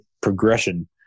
progression